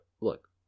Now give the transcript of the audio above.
look